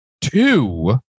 two